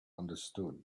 understood